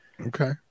okay